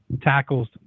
tackles